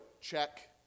Check